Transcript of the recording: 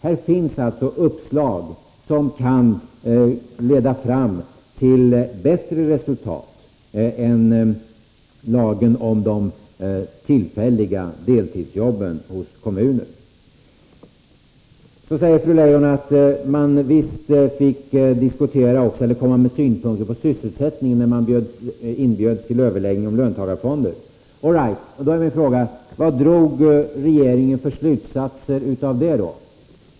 Här finns alltså uppslag som kan leda fram till bättre resultat än lagen om de tillfälliga deltidsjobben hos kommuner. Så säger fru Leijon att man visst fick komma med synpunkter på sysselsättningen, när man var inbjuden till överläggningar om löntagarfonder. All right — då är min fråga: Vad drog regeringen för slutsatser av det?